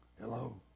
Hello